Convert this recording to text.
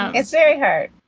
it's very hard.